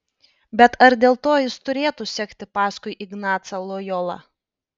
bet ar dėl to jis turėtų sekti paskui ignacą lojolą